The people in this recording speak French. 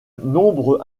nombre